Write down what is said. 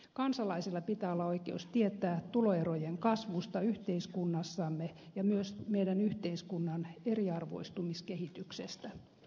kansalaisilla pitää olla oikeus tietää tuloerojen kasvusta yhteiskunnassamme ja myös meidän yhteiskuntamme eriarvoistumiskehityksestä